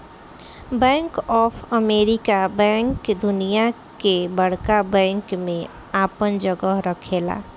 bank of America bank दुनिया के बड़का बैंक में आपन जगह रखेला